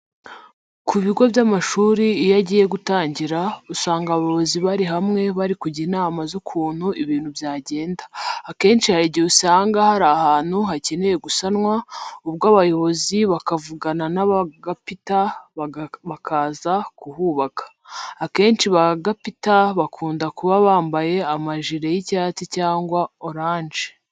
Ku bigo by'amashuri iyo agiye gutangira, usanga abayobozi bari hamwe bari kujya inama z'ukuntu ibintu byagenda. Akenshi hari igihe usanga hari ahantu hakenye gusanwa, ubwo abayobozi bakavugana na ba gapita bakaza kuhubaka. Akenshi ba gapita bakunda kuba bambaye amajire y'icyatsi cyangwa oranje.